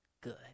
good